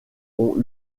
ont